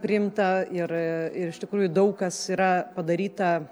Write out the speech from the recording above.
priimta ir iš tikrųjų daug kas yra padaryta